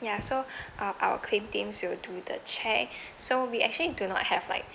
ya so uh our claim teams will do the check so we actually do not have like